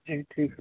जी ठीक